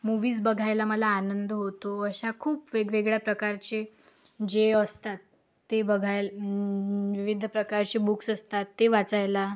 movies बघायला मला आनंद होतो अशा खूप वेगवेगळ्या प्रकारचे जे असतात ते बघाय विविध प्रकारचे बुक्स असतात ते वाचायला